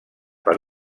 per